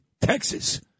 Texas